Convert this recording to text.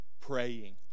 praying